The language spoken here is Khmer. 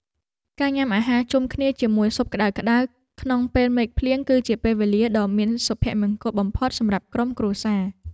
ការញ៉ាំអាហារជុំគ្នាជាមួយស៊ុបក្ដៅៗក្នុងពេលមេឃភ្លៀង គឺជាពេលវេលាដ៏មានសុភមង្គលបំផុតសម្រាប់ក្រុមគ្រួសារ។